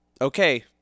okay